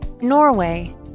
Norway